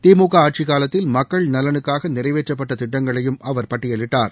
திமுக ஆட்சிக்காலத்தில் மக்கள் நலனுக்காக நிறைவேற்றப்பட்ட திட்டங்களையும் அவர் பட்டியலிட்டார்